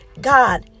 God